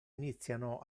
iniziano